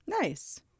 nice